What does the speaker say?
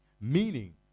Meaning